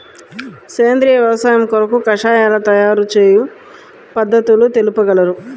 సేంద్రియ వ్యవసాయము కొరకు కషాయాల తయారు చేయు పద్ధతులు తెలుపగలరు?